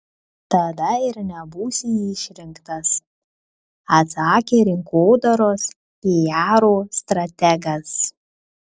tada ir nebūsi išrinktas atsakė rinkodaros piaro strategas